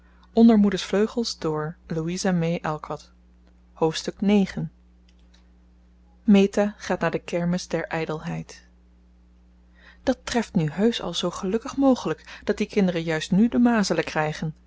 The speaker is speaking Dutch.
hoofdstuk ix meta gaat naar de kermis der ijdelheid dat treft nu heusch al zoo gelukkig mogelijk dat die kinderen juist nu de mazelen krijgen